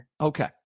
Okay